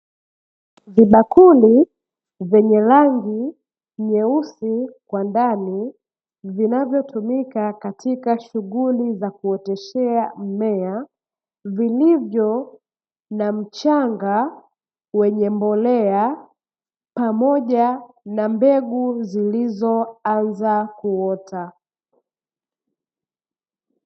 Vibakuli vyenye rangi nyeusi kwa ndani vinazotumika katika shughuli za kuoteshea mmea, vilivyo na mchanga wenye mbolea pamoja na mbegu zilizoanza kuota.